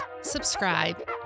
subscribe